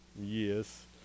Yes